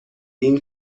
این